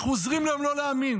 אנחנו עוזרים להם לא להאמין.